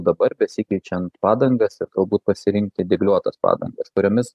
dabar besikeičiant padangas ir galbūt pasirinkti dygliuotas padangas kuriomis